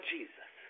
Jesus